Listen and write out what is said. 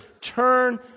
turn